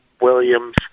Williams